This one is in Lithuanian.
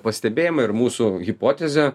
pastebėjimai ir mūsų hipotezė